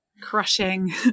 crushing